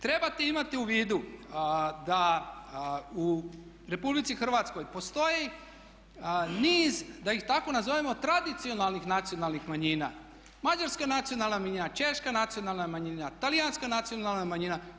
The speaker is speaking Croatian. Trebate imati u vidu da u Republici Hrvatskoj postoji niz da ih tako nazovemo tradicionalnih nacionalnih manjina – mađarska nacionalna manjina, češka nacionalna manjina, talijanska nacionalna manjina.